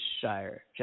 Shire